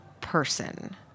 person